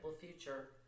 future